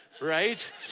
right